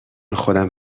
خودم